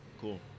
Cool